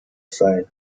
sein